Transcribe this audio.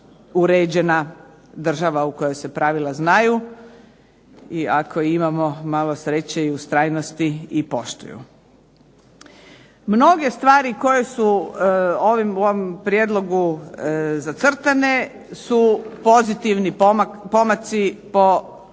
uređena država u kojoj se pravila znaju. I ako imamo malo sreće i ustrajnosti i poštuju. Mnoge stvari koje su ovim prijedlogom zacrtane su pozitivni pomaci po mišljenju